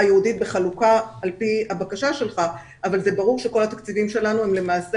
יהודית בחלוקה על פי הבקשה שלך אבל זה ברור שכל התקציבים שלנו הם למעשה